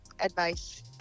advice